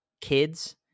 kids